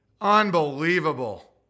Unbelievable